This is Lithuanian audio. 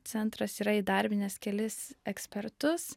centras yra įdarbinęs kelis ekspertus